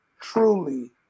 truly